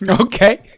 Okay